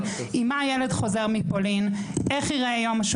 אבל בגדנסק יש מוזיאון בעייתי וגם בוורשה.